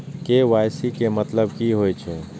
KYC के मतलब की होई छै?